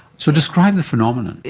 so describe the phenomenon.